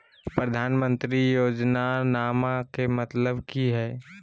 प्रधानमंत्री योजनामा के मतलब कि हय?